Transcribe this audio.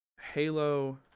halo